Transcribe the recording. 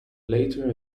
later